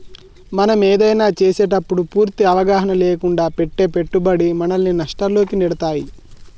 మనం ఏదైనా చేసేటప్పుడు పూర్తి అవగాహన లేకుండా పెట్టే పెట్టుబడి మనల్ని నష్టాల్లోకి నెడతాయి